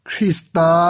Krista